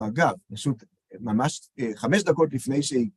אגב, פשוט ממש חמש דקות לפני שהיא...